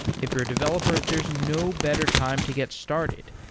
if you're a developer, there's no better time to get started.